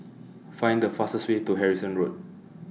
Find The fastest Way to Harrison Road